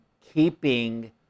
keeping